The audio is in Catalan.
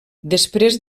després